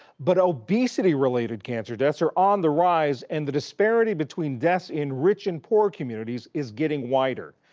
but obesity-related cancer deaths are on the rise, and the disparity between deaths in rich and poor communities is getting wider.